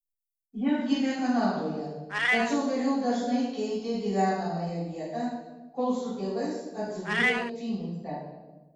jis gimė kanadoje tačiau vėliau dažnai keitė gyvenamąją vietą kol su tėvais atsidūrė fynikse